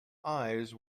eyes